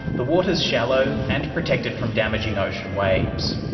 the water is shallow and protected from damaging ocean waves.